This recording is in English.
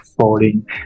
falling